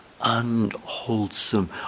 unwholesome